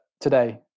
today